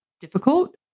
difficult